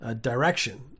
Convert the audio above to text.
direction